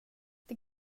det